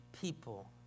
people